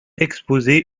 exposé